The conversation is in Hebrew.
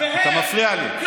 אתה מפריע לי.